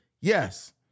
Yes